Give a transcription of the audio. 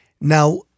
Now